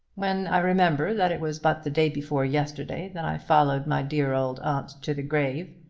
when i remember that it was but the day before yesterday that i followed my dear old aunt to the grave,